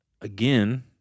again